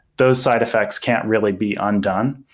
those side effects can't really be undone.